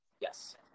Yes